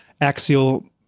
axial